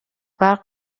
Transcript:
برق